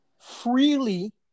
freely